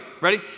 Ready